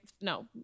no